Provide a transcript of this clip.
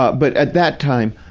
but but, at that time,